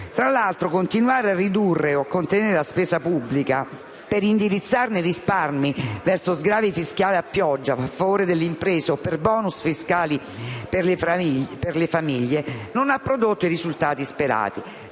Fra l'altro, la politica della riduzione o del contenimento della spesa pubblica per indirizzarne i risparmi verso sgravi fiscali a pioggia in favore delle imprese o per *bonus* fiscali per le famiglie non ha prodotto i risultati sperati.